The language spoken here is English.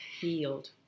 healed